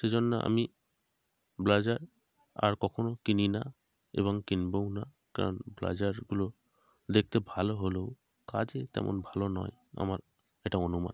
সেই জন্য আমি ব্লেজার আর কখনো কিনি না এবং কিনবও না কারণ ব্লেজারগুলো দেখতে ভালো হলেও কাজে তেমন ভালো নয় আমার এটা অনুমান